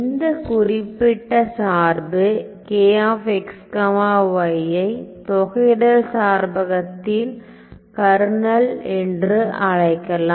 இந்த குறிப்பிட்ட சார்பு K x y ஐ தொகையிடல் சார்பகத்தின் கர்னல் என்று அழைக்கலாம்